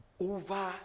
over